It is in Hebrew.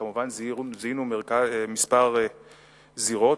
כמובן זיהינו כמה זירות,